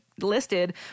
listed